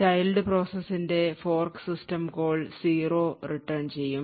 child പ്രോസസ്സിൽ fork system call 0 return ചെയ്യും